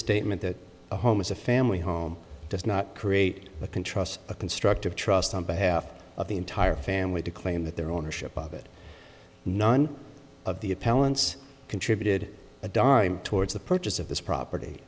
statement that the home is a family home does not create a can trust a construct of trust on behalf of the entire family to claim that their ownership of it none of the appellant's contributed adare towards the purchase of this property